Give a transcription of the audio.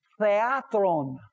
theatron